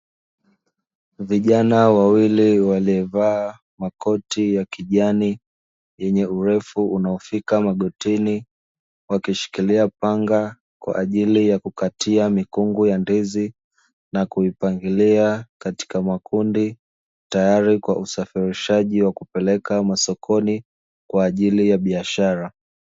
Vijana wawili waliovaa makoti ya kijani yenye urefu unaofika magotini, wakishikilia panga kwa ajili ya kukatia mikungu ya ndizi na kuipangilia katika makundi, tayari kwa usafirishaji wa kupeleka masokoni kwa ajili ya biashara.